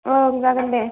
औ जागोन दे